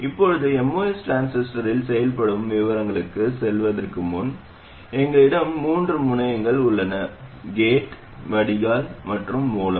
இப்போது MOS டிரான்சிஸ்டரில் செயல்படுத்தும் விவரங்களுக்குச் செல்வதற்கு முன் எங்களிடம் மூன்று முனையங்கள் உள்ளன கேட் வடிகால் மற்றும் மூல